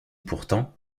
pourtant